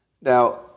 Now